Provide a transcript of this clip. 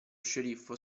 sceriffo